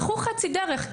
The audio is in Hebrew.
הלכו חצי דרך,